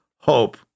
hope